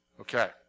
Okay